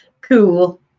cool